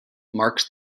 marks